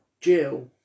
Jill